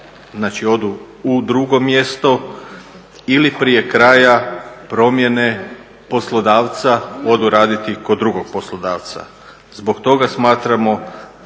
znači odu u drugo mjesto ili prije kraja promjene poslodavca odu raditi kod drugog poslodavca. Zbog toga smatramo